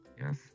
yes